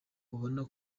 ubona